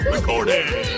recording